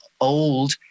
old